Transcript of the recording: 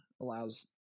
allows